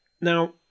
now